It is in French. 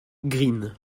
greene